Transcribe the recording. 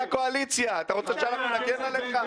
אתה רוצה שאנחנו נגן עליך?